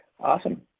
Awesome